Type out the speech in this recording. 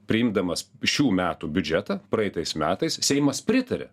priimdamas šių metų biudžetą praeitais metais seimas pritarė